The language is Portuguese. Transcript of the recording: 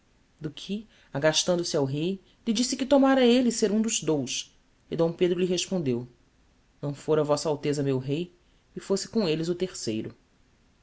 do que agastando se el-rei lhe disse que tomára elle ser um dos dous e d pedro lhe respondeu não fôra vossa alteza meu rei e fosse com elles o terceiro